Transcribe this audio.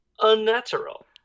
unnatural